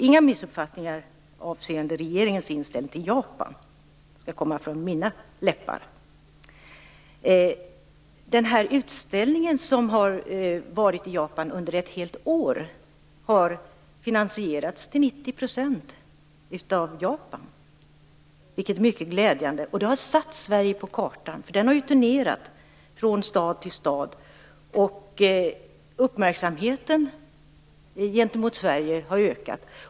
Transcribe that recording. Inga missuppfattningar avseende regeringens inställning till Japan skall därför komma från mina läppar. Den utställning som har varit i Japan under ett helt år har finansierats till 90 % av Japan, vilket är mycket glädjande. Det har satt Sverige på kartan. Utställningen har turnerat från stad till stad. Uppmärksamheten gentemot Sverige har ökat.